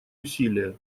усилия